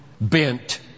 bent